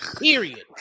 Period